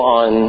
on